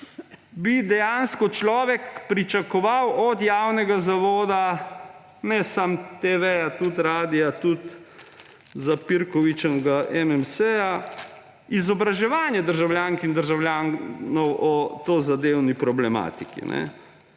bi dejansko človek pričakoval od javnega zavoda, ne samo TV, tudi radia, tudi zapirkovičenega MMC, izobraževanje državljank in državljanov o tozadevni problematiki.